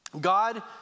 God